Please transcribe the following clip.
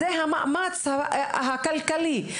זה המאמץ הכלכלי,